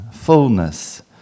Fullness